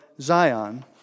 Zion